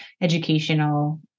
educational